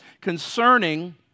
concerning